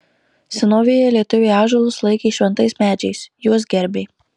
senovėje lietuviai ąžuolus laikė šventais medžiais juos gerbė